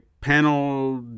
Panel